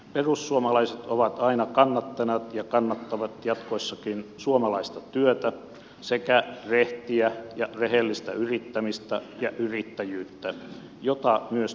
perussuomalaiset ovat aina kannattaneet ja kannattavat jatkossakin suomalaista työtä sekä rehtiä ja rehellistä yrittämistä ja yrittäjyyttä jota myös turkistarhaus on